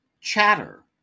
Chatter